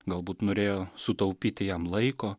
galbūt norėjo sutaupyti jam laiko